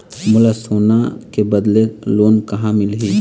मोला सोना के बदले लोन कहां मिलही?